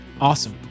Awesome